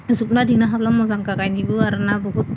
जोबना दोननो हाब्ला मोजां आरोना बहुद